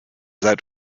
seid